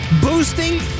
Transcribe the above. boosting